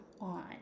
on